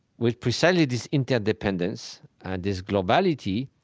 with precisely this interdependence and this globality,